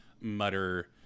mutter